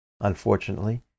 unfortunately